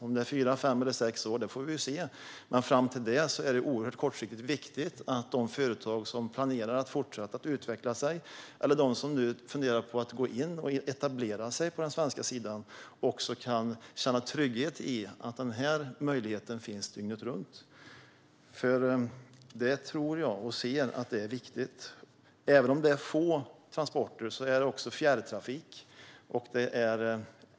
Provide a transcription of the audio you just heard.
Om det är fyra, fem eller sex år får vi se, men fram till dess är det kortsiktigt oerhört viktigt att de företag som planerar att fortsätta att utveckla sig eller de som funderar på ett etablera sig på den svenska sidan också kan känna trygghet i att den möjligheten finns dygnet runt. Det är viktigt. Även om det är fråga om få transporter är det ändå också fråga om fjärrtrafik.